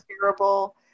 terrible